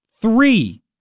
Three